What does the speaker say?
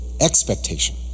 expectation